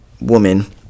woman